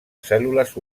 cèl·lules